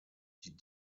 die